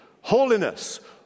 Holiness